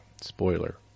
Spoiler